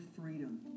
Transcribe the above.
freedom